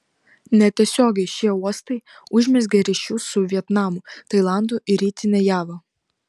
netiesiogiai šie uostai užmezgė ryšius su vietnamu tailandu ir rytine java